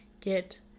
get